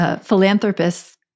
philanthropists